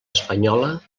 espanyola